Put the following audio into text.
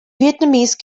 vietnamese